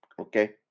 Okay